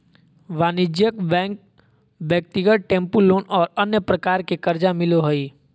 वाणिज्यिक बैंक ब्यक्तिगत tempo loan और अन्य प्रकार के कर्जा मिलो हइ